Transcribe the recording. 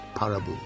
Parable